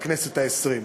בכנסת העשרים.